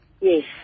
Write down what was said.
Yes